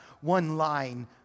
one-line